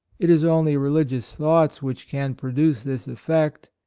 it is only religious thoughts which can produce this effect,